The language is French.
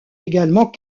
également